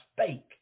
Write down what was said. spake